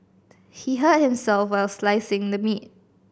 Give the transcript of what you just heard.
he hurt himself while slicing the meat